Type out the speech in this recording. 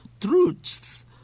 Truths